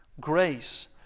Grace